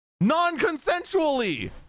Non-consensually